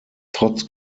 trotz